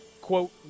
quote